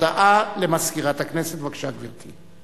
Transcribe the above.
הודעה למזכירת הכנסת, בבקשה, גברתי.